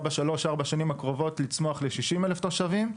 בשלוש-ארבע השנים הקרובות לצמוח לך-60,000 תושבים.